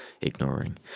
ignoring